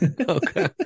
Okay